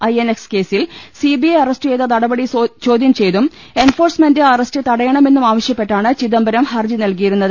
I NX കേസിൽ CBI arrest ചെയ്ത നടപടി ചോദ്യം ചെയ്തും എൻഫോഴ്സ്മെന്റ് അറസ്റ്റ് തടയണമെന്നും ആവശ്യ പ്പെട്ടാണ് ചിദംബരം ഹർജി നൽകിയിരുന്നത്